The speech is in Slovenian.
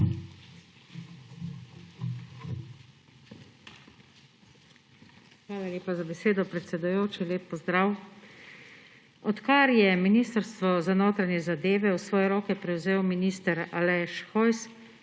Hvala lepa za besedo, predsedujoči. Lep pozdrav! Odkar je Ministrstvo za notranje zadeve v svoje roke prevzel minister Aleš Hojs,